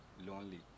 lonely